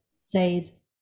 says